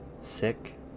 sick